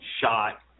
shot